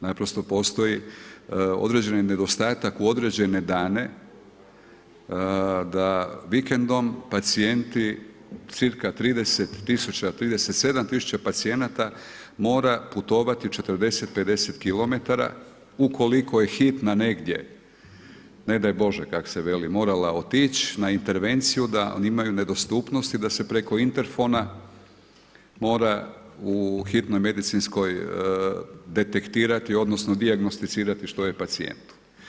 Naprosto postoji određeni nedostatak u određene dane da vikendom pacijenti cca 37 000 pacijenata mora putovati 40, 50 kilometara, ukoliko je hitna negdje, ne daj Bože kak se veli morala otići na intervenciju da oni imaju nedostupnost i da se preko interfona mora u hitnoj medicinskoj detektirati, odnosno dijagnosticirati što je pacijent.